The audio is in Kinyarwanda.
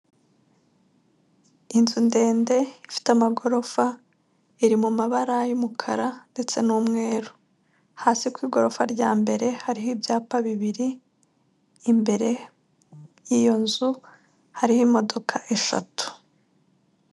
Inzu ndende ifite amagorofa iri mu mabara y'umukara ndetse n'umweru, hasi ku igorofa rya mbere hariho ibyapa bibiri, imbere y'iyo nzu hariho imodoka eshatu.